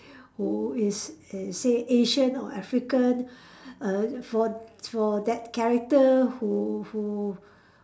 who is a say Asian or African err for for that character who who